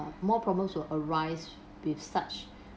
more problems will arise with such